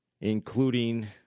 including